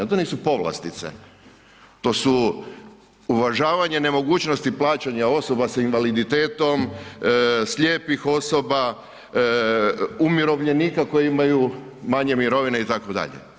To nisu povlastice, to su uvažavanje nemogućnosti plaćanja osoba sa invaliditetom, slijepih osoba, umirovljenika koji imaju manje mirovine itd.